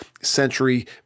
century